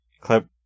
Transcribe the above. clip